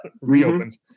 Reopened